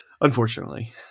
unfortunately